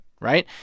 Right